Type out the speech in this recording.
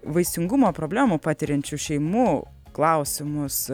vaisingumo problemų patiriančių šeimų klausimus